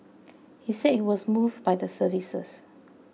he said he was moved by the services